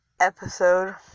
episode